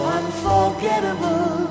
unforgettable